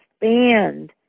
expand